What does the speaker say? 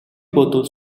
бодвол